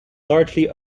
largely